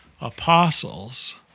apostles